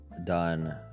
Done